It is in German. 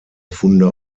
funde